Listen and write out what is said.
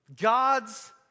God's